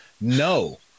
no